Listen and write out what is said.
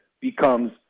becomes